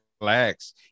relax